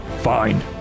Fine